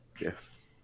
Yes